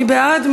מי בעד?